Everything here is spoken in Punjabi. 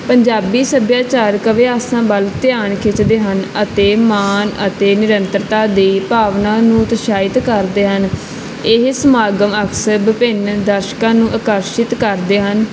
ਪੰਜਾਬੀ ਸੱਭਿਆਚਾਰਕ ਅਭਿਆਸਾਂ ਵੱਲ ਧਿਆਨ ਖਿੱਚਦੇ ਹਨ ਅਤੇ ਮਾਨ ਅਤੇ ਨਿਰੰਤਰਤਾ ਦੀ ਭਾਵਨਾ ਨੂੰ ਉਤਸ਼ਾਹਿਤ ਕਰਦੇ ਹਨ ਇਹ ਸਮਾਗਮ ਅਕਸਰ ਵਿਭਿੰਨ ਦਰਸ਼ਕਾਂ ਨੂੰ ਆਕਰਸ਼ਿਤ ਕਰਦੇ ਹਨ